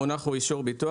המונח הוא אישור ביטוח.